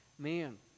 Man